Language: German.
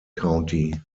county